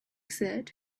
said